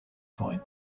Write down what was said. point